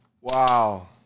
Wow